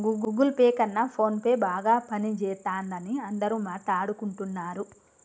Google Pay కన్నా ఫోన్పేనే బాగా పనిజేత్తందని అందరూ మాట్టాడుకుంటన్నరు